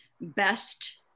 best